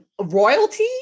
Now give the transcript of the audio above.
royalty